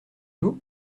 vous